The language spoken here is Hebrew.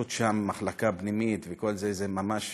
במחלקה פנימית וכל זה, זה ממש